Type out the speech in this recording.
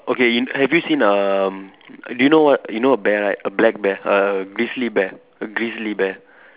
okay you have you seen um do you know what you know a bear right a black bear a grizzly bear a grizzly bear